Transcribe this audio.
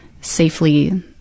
safely